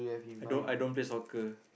I don't I don't play soccer